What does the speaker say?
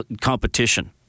competition